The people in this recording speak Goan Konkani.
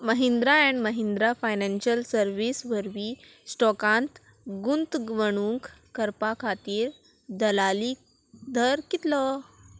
Mahindra and Mahindra financial service वरवीं स्टॉकांत गुंतवणूक करपा खातीर दलाली दर कितलो